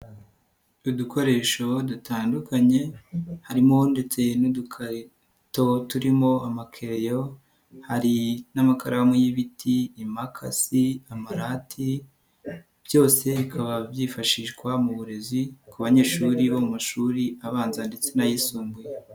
Udukoresho dutandukanye harimo ndetse n'udukato turimo amakereyo, hari n'amakaramu y'ibiti, impakasi, amarati, byose bikaba byifashishwa mu burezi ku banyeshuri bo mu mashuri abanza ndetse n'ayisumbuye.